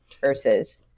versus